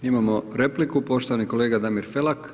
Imamo repliku poštovani kolega Damir Felak.